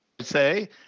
say